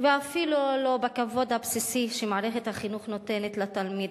ואפילו לא בכבוד הבסיסי שמערכת החינוך נותנת לתלמיד.